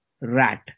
rat